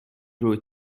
brew